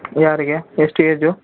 ಯಾರಿಗೆ ಎಷ್ಟು ಏಜು